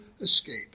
escape